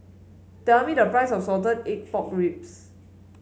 tell me the price of Salted Egg Pork Ribs